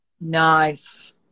nice